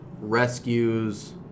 rescues